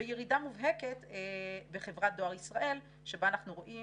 וירידה מובהקת בחברת דואר ישראל כאשר שם אנחנו רואים